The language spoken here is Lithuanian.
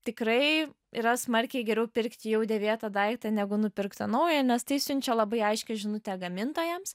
tikrai yra smarkiai geriau pirkti jau dėvėtą daiktą negu nupirktą naują nes tai siunčia labai aiškią žinutę gamintojams